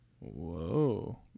Whoa